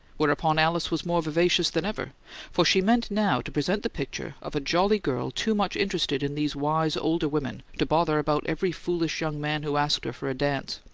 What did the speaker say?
whereupon alice was more vivacious than ever for she meant now to present the picture of a jolly girl too much interested in these wise older women to bother about every foolish young man who asked her for a dance.